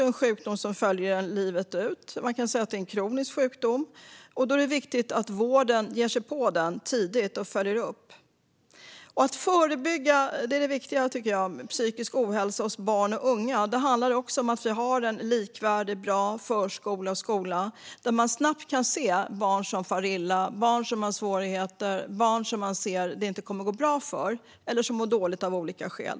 Den följer en också livet ut, så man kan säga att det är en kronisk sjukdom. Då är det viktigt att vården fångar upp den tidigt och följer upp. Att förebygga psykisk ohälsa hos barn och unga är viktigt. Därför måste vi ha en likvärdig och bra förskola och skola där man snabbt kan se barn som far illa, som har svårigheter, som det inte kommer att gå bra för eller som mår dåligt av olika skäl.